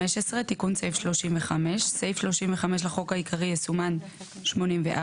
15. תיקון סעיף 35. סעיף 35 לחוק העיקרי יסומן "84",